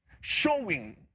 showing